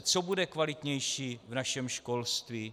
Co bude kvalitnější v našem školství.